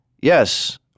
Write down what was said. Yes